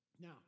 Now